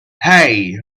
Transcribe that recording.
hey